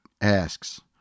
asks